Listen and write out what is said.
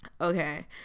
Okay